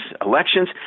elections